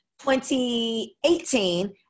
2018